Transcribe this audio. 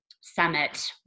summit